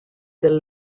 del